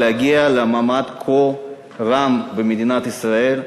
להגיע למעמד כה רם במדינת ישראל.